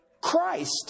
Christ